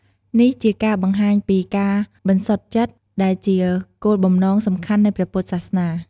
នេះជាការបង្ហាញពី ការបន្សុតចិត្ត ដែលជាគោលបំណងសំខាន់នៃព្រះពុទ្ធសាសនា។